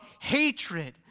hatred